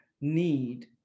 need